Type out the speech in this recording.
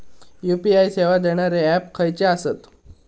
UPI सेवा देणारे app खयचे आसत?